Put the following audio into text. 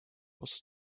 was